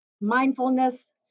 mindfulness